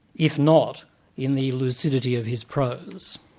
if not in the lucidity of his prose.